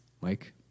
Mike